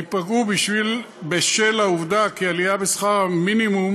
ייפגעו בשל העובדה כי העלייה בשכר המינימום